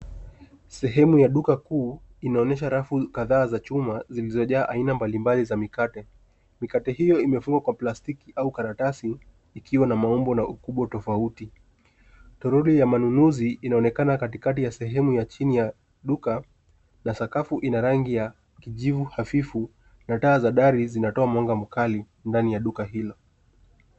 Sehemu ya duka kuu inaonyesha rafu kadhaa za chuma zilizojaa aina mbalimbali za mikate. Mikate hiyo imefungwa kwa plastiki au karatasi ikiwa na maumbo na ukubwa tofauti. Troli ya manunuzi inaonekana katikati ya sehemu ya chini ya duka na sakafu ina rangi ya kijivu hafifu na taa za dari zinatoa mwanga mkali ndani ya duka hilo.